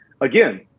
again